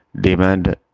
demand